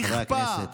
נכפה